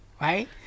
Right